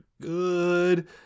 good